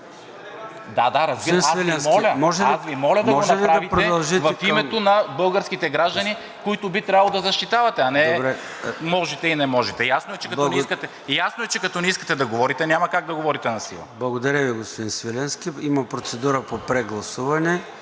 ГЕОРГИ СВИЛЕНСКИ: Аз Ви моля да го направите в името на българските граждани, които би трябвало да защитавате, а не можете, не можете. Ясно е, че като не искате да говорите, няма как да говорите насила. ПРЕДСЕДАТЕЛ ЙОРДАН ЦОНЕВ: Благодаря Ви, господин Свиленски. Има процедура по прегласуване